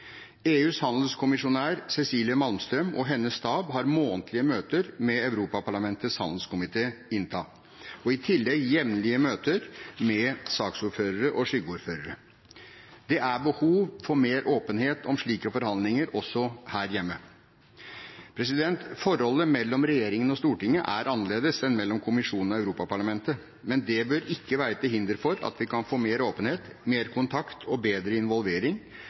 EUs handelskommissær, Cecilia Malmström, og hennes stab har månedlige møter med Europaparlamentets handelskomité, INTA, og i tillegg jevnlige møter med saksordførere og skyggeordførere. Det er behov for mer åpenhet om slike forhandlinger også her hjemme. Forholdet mellom regjeringen og Stortinget er annerledes enn mellom kommisjonen og Europaparlamentet, men det bør ikke være til hinder for at vi kan få mer åpenhet, mer kontakt og bedre involvering